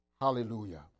Hallelujah